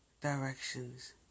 directions